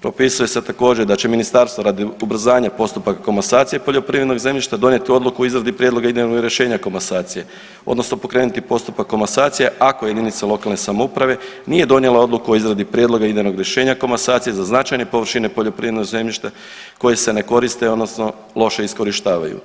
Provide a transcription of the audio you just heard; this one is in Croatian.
Propisuje se također da će ministarstvo radi ubrzanja postupka komasacije poljoprivrednog zemljišta donijeti Odluku o izradi prijedloga idejnog rješenja komasacije, odnosno pokrenuti postupak komasacije ako jedinica lokalne samouprave nije donijela odluku o izradi prijedloga idejnog rješenja komasacije za značajne površine poljoprivrednog zemljišta koje se ne koriste odnosno loše iskorištavaju,